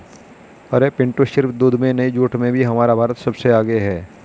अरे पिंटू सिर्फ दूध में नहीं जूट में भी हमारा भारत सबसे आगे हैं